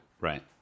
Right